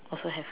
also have